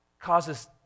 causes